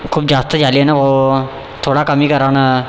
खूप जास्त झालेना भाऊ थोडा कमी करा ना